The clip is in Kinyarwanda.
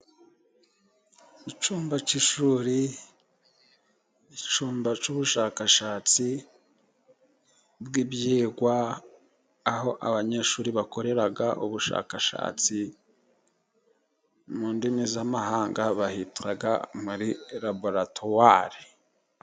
Icyumba cy'ishuri, icyumba cy'ubushakashatsi bw'ibyigwa, aho abanyeshuri bakorera ubushakashatsi. Mu ndimi z'amahanga bahita muri laboratware.